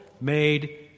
made